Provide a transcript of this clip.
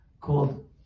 called